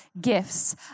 gifts